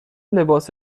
لباس